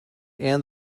end